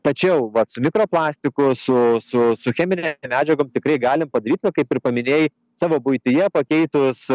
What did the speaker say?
tačiau vat su mikroplastiku su su su cheminėm medžiagom tikrai galim padaryt na kaip ir paminėjai savo buityje pakeitus